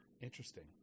Interesting